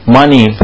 money